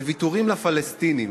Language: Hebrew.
לוויתורים לפלסטינים.